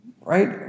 right